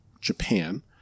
Japan